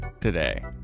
Today